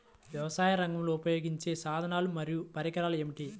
వ్యవసాయరంగంలో ఉపయోగించే సాధనాలు మరియు పరికరాలు ఏమిటీ?